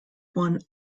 won